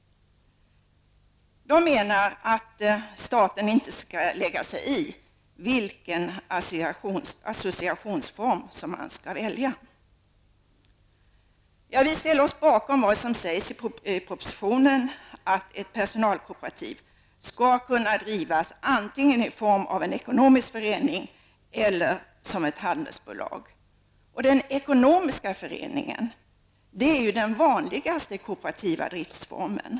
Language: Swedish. De menar att staten inte skall lägga sig i vilken associationsform som väljs. Vi ställer oss bakom vad som sägs i propositionen, att ett personalkooperativ skall kunna drivas antingen i form av en ekonomisk förening eller som ett handelsbolag. Den ekonomiska föreningen är ju den vanligaste kooperativa driftsformen.